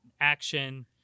action